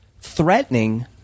threatening